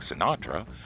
Sinatra